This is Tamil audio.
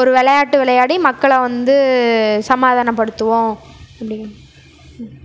ஒரு விளையாட்டு விளையாடி மக்களை வந்து சமாதானப்படுத்துவோம் அப்படின்னு ம்